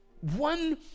one